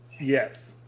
yes